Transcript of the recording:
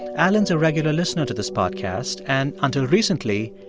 alan's a regular listener to this podcast and until recently,